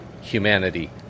humanity